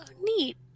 Neat